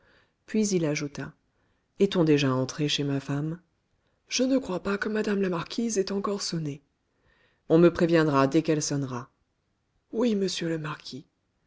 puis il ajouta est-on déjà entré chez ma femme je ne crois pas que mme la marquise ait encore sonné on me préviendra dès qu'elle sonnera oui monsieur le marquis